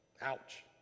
Ouch